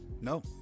No